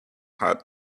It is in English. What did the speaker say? hot